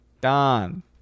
Don